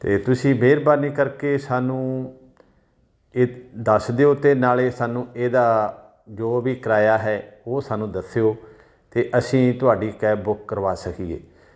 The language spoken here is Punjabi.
ਅਤੇ ਤੁਸੀਂ ਮਿਹਰਬਾਨੀ ਕਰਕੇ ਸਾਨੂੰ ਇਹ ਦੱਸ ਦਿਓ ਅਤੇ ਨਾਲੇ ਸਾਨੂੰ ਇਹਦਾ ਜੋ ਵੀ ਕਿਰਾਇਆ ਹੈ ਉਹ ਸਾਨੂੰ ਦੱਸਿਓ ਅਤੇ ਅਸੀਂ ਤੁਹਾਡੀ ਕੈਬ ਬੁੱਕ ਕਰਵਾ ਸਕੀਏ